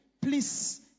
please